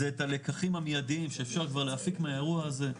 זה את הלקחים המיידיים שאפשר כבר להפיק מהאירוע הזה.